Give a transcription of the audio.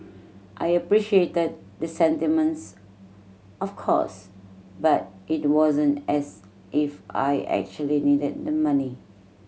I appreciated the sentiment of course but it wasn't as if I actually needed the money